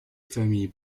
famille